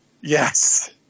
Yes